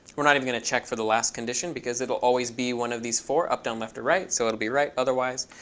we're not um going to check for the last condition, because it will always be one of these four, up, down, left, or right. so it'll be right otherwise.